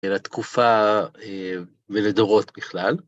ולתקופה, ולדורות בכלל.